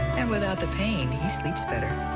and without the pain, he sleeps better.